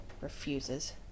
refuses